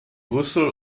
brüssel